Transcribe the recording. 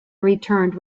returned